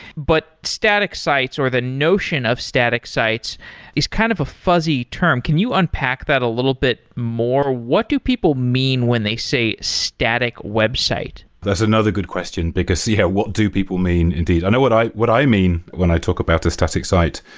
but static sites or the notion of static sites is kind of a fuzzy term. can you unpack that a little bit more? what do people mean when they say static website? that's another good question, because yeah what do people mean indeed? i know what i what i mean when i talk about a static site,